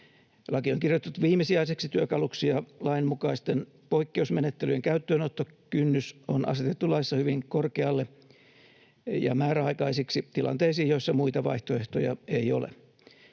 Laki on kirjoitettu viimesijaiseksi työkaluksi ja lainmukaisten poikkeusmenettelyjen käyttöönottokynnys on asetettu laissa hyvin korkealle ja menettelyt määräaikaisiksi tilanteisiin, joissa muita vaihtoehtoja ei ole.